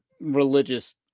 religious